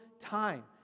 time